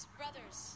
brothers